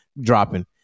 dropping